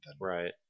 right